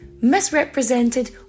misrepresented